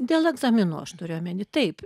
dėl egzaminų aš turiu omeny taip